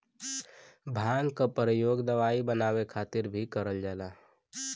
भांग क परयोग दवाई बनाये खातिर भीं करल जाला